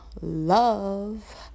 love